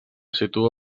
situa